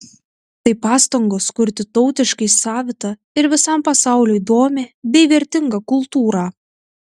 tai pastangos kurti tautiškai savitą ir visam pasauliui įdomią bei vertingą kultūrą